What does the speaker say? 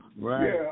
Right